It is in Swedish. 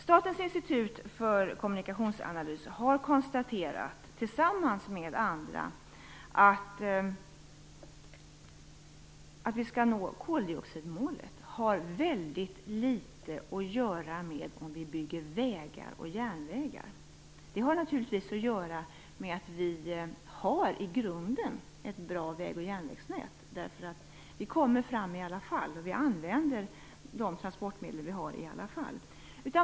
Statens institut för kommunikationsanalys har, tillsammans med andra, konstaterat att uppnåendet av koldioxidmålet har väldigt litet att göra med om vi bygger vägar och järnvägar. Det har att göra med att vi i grunden har ett bra väg och järnvägsnät. Vi kommer fram i alla fall, vi använder de transportmedel vi har i alla fall.